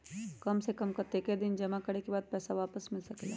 काम से कम कतेक दिन जमा करें के बाद पैसा वापस मिल सकेला?